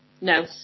No